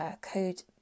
code